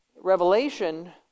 Revelation